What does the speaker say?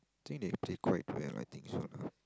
think they play quite well I think so lah